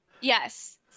Yes